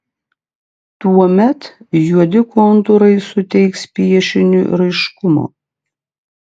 tuomet juodi kontūrai suteiks piešiniui raiškumo